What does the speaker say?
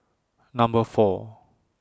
Number four